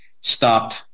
stopped